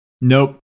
Nope